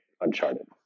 Uncharted